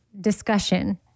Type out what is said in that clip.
discussion